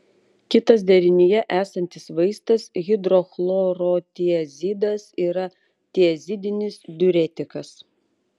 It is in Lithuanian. kitas derinyje esantis vaistas hidrochlorotiazidas yra tiazidinis diuretikas